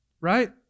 Right